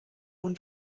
und